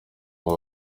ngo